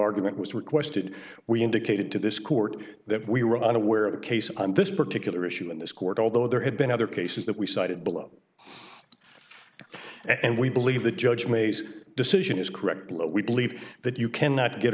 argument was requested we indicated to this court that we were unaware of the case on this particular issue in this court although there have been other cases that we cited below and we believe the judge maze decision is correct we believe that you cannot get